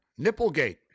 Nipplegate